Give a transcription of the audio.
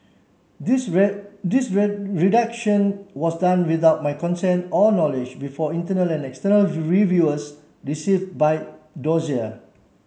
this red this red redaction was done without my consent or knowledge before internal and external reviewers received by dossier